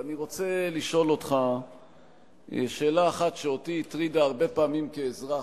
אני רוצה לשאול אותך שאלה אחת שאותי הטרידה הרבה פעמים כאזרח,